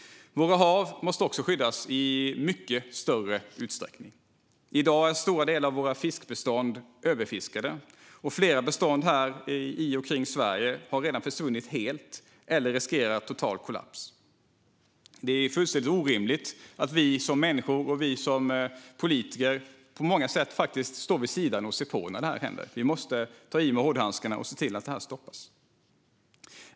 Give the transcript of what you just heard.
Våra hav måste i mycket större utsträckning skyddas. I dag är stora delar av våra fiskbestånd överfiskade, och flera bestånd i och kring Sverige har redan försvunnit helt eller riskerar total kollaps. Det är fullständigt orimligt att vi som människor, och vi som politiker, på många sätt faktiskt står vid sidan om och ser på när detta händer. Vi måste ta i med hårdhandskarna och se till att överfisket stoppas.